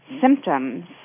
symptoms